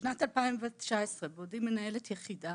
בשנת 2019 בעודי מנהלת יחידה,